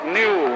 new